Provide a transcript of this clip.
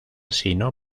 sino